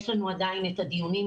יש לנו עדיין את הדיונים שלנו.